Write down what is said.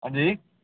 अंजी